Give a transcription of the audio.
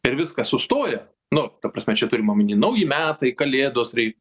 ir viskas sustoja nu ta prasme čia turima omeny nauji metai kalėdos rei